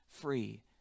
free